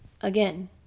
Again